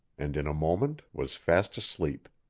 and in a moment was fast asleep.